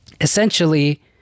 essentially